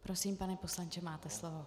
Prosím, pane poslanče, máte slovo.